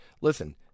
listen